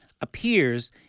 appears